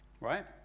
right